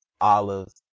olives